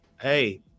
hey